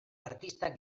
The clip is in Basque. artistak